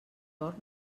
torn